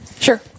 Sure